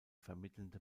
vermittelnde